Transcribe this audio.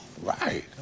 Right